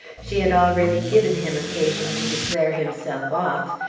she had already given him occasion to declare himself off,